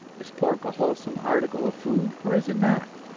is pork a wholesome article of food or is it not?